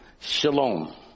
shalom